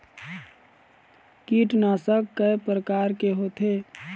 कीटनाशक कय प्रकार के होथे?